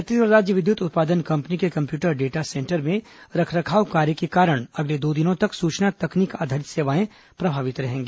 छत्तीसगढ़ राज्य विद्युत उत्पादन कंपनी के कम्प्यूटर डाटा सेंटर में रखरखाव कार्य के कारण अगले दो दिनों तक सूचना तकनीक आधारित सेवाएं प्रभावित रहेंगी